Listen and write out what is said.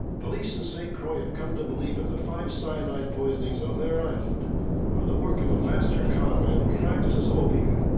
police in st. croix have come to believe that the five cyanide poisonings on their island are the work of a master con man who practices obeah,